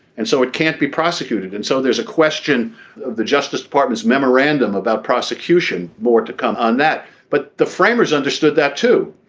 and so it can't be prosecuted and so there's a question of the justice department's memorandum about prosecution. more to come on that. but the framers understood that too.